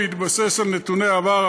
בהתבסס על נתוני העבר,